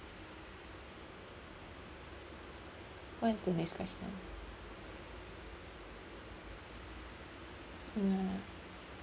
what is the next question ya